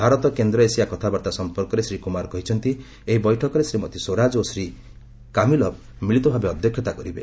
ଭାରତ କେନ୍ଦ୍ର ଏସିଆ କଥାବାର୍ତ୍ତା ସମ୍ପର୍କରେ ଶ୍ରୀ କୁମାର କହିଛନ୍ତି ଏହି ବୈଠକରେ ଶ୍ରୀମତୀ ସ୍ୱରାଜ ଓ ଶ୍ରୀ କାମିଲଭ୍ ମିଳିତଭାବେ ଅଧ୍ୟକ୍ଷତା କରିବେ